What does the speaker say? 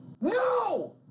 No